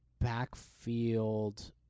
backfield